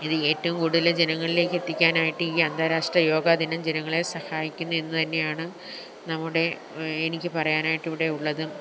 ഇത് ഏറ്റവും കൂടുതൽ ജനങ്ങളിലേക്ക് എത്തിക്കാനായിട്ട് ഈ അന്താരാഷ്ട്ര യോഗാ ദിനം ജനങ്ങളെ സഹായിക്കുന്നു എന്ന് തന്നെയാണ് നമ്മുടെ എനിക്ക് പറയാനായിട്ട് ഇവിടെ ഉള്ളത്